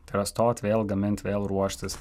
tai yra stot vėl gamint vėl ruoštis